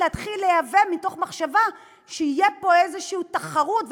להתחיל לייבא מתוך מחשבה שתהיה פה איזו תחרות,